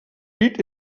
pit